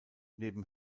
neben